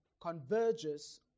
converges